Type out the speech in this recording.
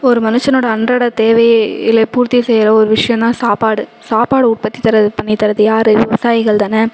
ஒரு மனுஷனோட அன்றாட தேவைகளை பூர்த்தி செய்கிற ஒரு விஷயம் தான் சாப்பாடு சாப்பாடு உற்பத்தி தர்றது பண்ணித் தர்றது யார் விவசாயிகள் தானே